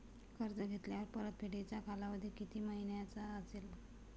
कर्ज घेतल्यावर परतफेडीचा कालावधी किती महिन्यांचा असेल?